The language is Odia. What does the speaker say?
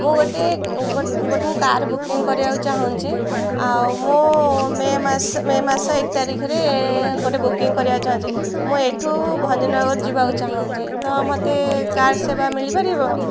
ମୁଁ ଗୋଟେ ମୁଁ କାର୍ ବୁକିଂ କରିବାକୁ ଚାହୁଁଛି ଆଉ ମୁଁ ମେ ମାସ ମେ ମାସ ଏକ ତାରିଖରେ ଗୋଟେ ବୁକିଂ କରିବାକୁ ଚାହୁଁଛି ମୁଁ ଏଠୁ ଭଞ୍ଜନଗର ଯିବାକୁ ଚାହୁଁଛି ତ ମୋତେ କାର୍ ସେବା ମିଳିପାରିବ